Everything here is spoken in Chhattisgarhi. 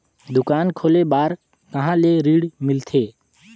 दुकान खोले बार कहा ले ऋण मिलथे?